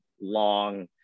long